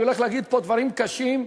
אני הולך להגיד פה דברים קשים,